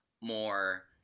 more